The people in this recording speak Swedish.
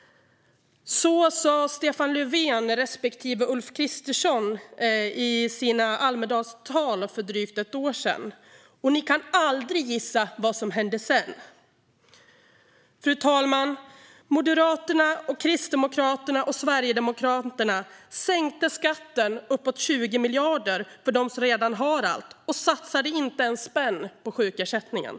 Så sa Stefan Löfven respektive Ulf Kristersson i sina Almedalstal för drygt ett år sedan - och ni kan aldrig gissa vad som hände sedan. Fru talman! Moderaterna, Kristdemokraterna och Sverigedemokraterna sänkte skatten med uppemot 20 miljarder för dem som redan har allt och satsade inte en spänn på sjukersättningen.